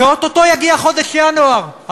ואו-טו-טו יגיע חודש ינואר.